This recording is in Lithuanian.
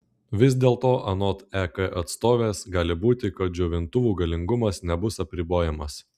vis dėlto anot ek atstovės gali būti kad džiovintuvų galingumas nebus apribojamas